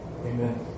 amen